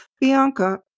Bianca